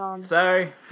Sorry